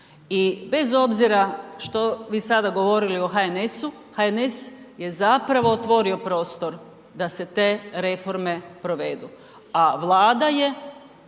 I bez obzira što vi sad govorili o HNS-u, HNS je zapravo otvorio prostor da se te reforme provedu, a Vlada je